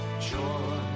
joy